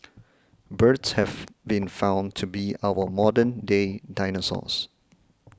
birds have been found to be our modern day dinosaurs